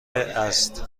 است